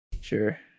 Sure